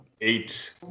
eight